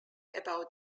about